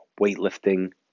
weightlifting